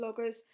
bloggers